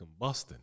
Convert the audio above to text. combusting